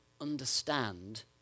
understand